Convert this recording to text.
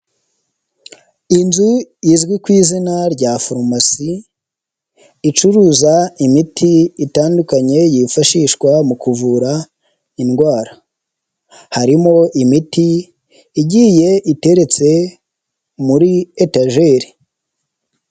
Inzu izwi ku izina rya farumasi icuruza imiti itandukanye yifashishwa mu kuvura indwara harimo imiti igiye iteretse muri etajeri.